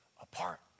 apart